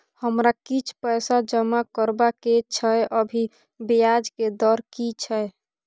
हमरा किछ पैसा जमा करबा के छै, अभी ब्याज के दर की छै?